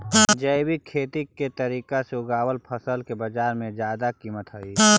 जैविक खेती के तरीका से उगाएल फसल के बाजार में जादा कीमत हई